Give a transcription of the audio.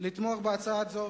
לתמוך בהצעה זו,